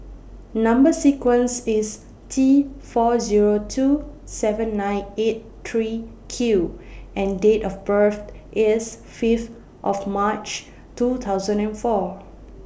Number sequence IS T four Zero two seven nine eight three Q and Date of birth IS five of March two thousand and four